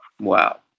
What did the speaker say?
Wow